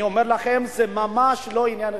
אני אומר לכם, זה ממש לא עניין הלכתי.